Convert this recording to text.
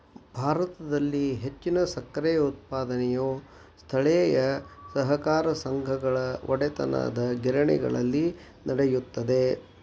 ಭಾರತದಲ್ಲಿ ಹೆಚ್ಚಿನ ಸಕ್ಕರೆ ಉತ್ಪಾದನೆಯು ಸ್ಥಳೇಯ ಸಹಕಾರ ಸಂಘಗಳ ಒಡೆತನದಗಿರಣಿಗಳಲ್ಲಿ ನಡೆಯುತ್ತದೆ